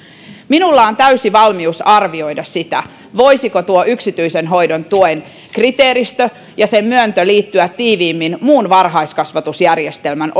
minulla on täysi valmius arvioida sitä voisivatko yksityisen hoidon tuen kriteeristö ja sen myöntö liittyä tiiviimmin muun varhaiskasvatusjärjestelmän